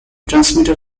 transmitter